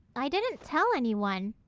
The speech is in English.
i didn't tell anyone!